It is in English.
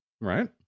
Right